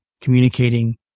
communicating